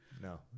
No